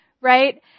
right